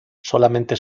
solamente